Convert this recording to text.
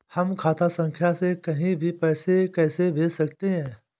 हम खाता संख्या से कहीं भी पैसे कैसे भेज सकते हैं?